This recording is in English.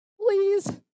please